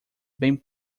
bem